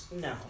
No